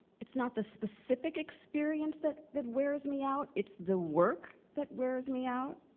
it's not the specific experience that that wears me out, it's the work that wears me out.